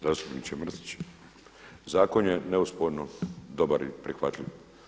Zastupniče Mrsić, zakon je neosporno dobar i prihvatljiv.